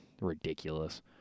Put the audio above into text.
ridiculous